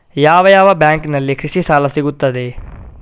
ಯಾವ ಯಾವ ಬ್ಯಾಂಕಿನಲ್ಲಿ ಕೃಷಿ ಸಾಲ ಸಿಗುತ್ತದೆ?